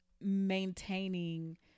maintaining